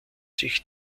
sich